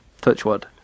Touchwood